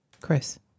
Chris